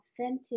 authentic